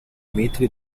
metri